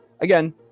again